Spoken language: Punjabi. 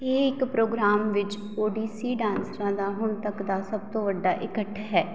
ਇਹ ਇੱਕ ਪ੍ਰੋਗਰਾਮ ਵਿੱਚ ਓ ਡੀ ਸੀ ਡਾਂਸਰਾਂ ਦਾ ਹੁਣ ਤੱਕ ਦਾ ਸਭ ਤੋਂ ਵੱਡਾ ਇਕੱਠ ਹੈ